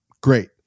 Great